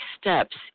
steps